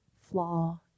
flaw